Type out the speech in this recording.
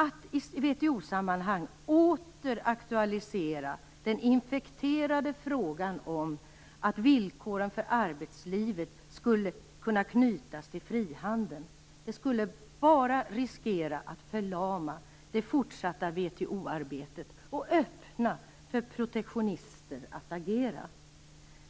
Att i WTO-sammanhang åter aktualisera den infekterade frågan om att villkoren för arbetslivet skulle kunna knytas till frihandeln skulle bara riskera att förlama det fortsatta WTO-arbetet och öppna för protektionister att agera.